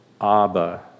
Abba